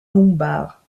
lombard